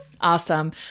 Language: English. Awesome